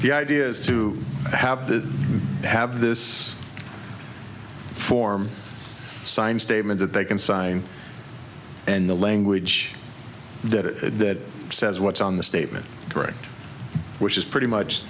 the idea is to have the have this form signed statement that they can sign and the language that says what's on the statement correct which is pretty much